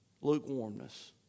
lukewarmness